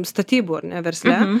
statybų ar ne versle